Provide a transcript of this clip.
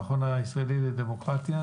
המכון הישראלי לדמוקרטיה,